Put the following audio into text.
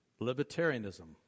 Libertarianism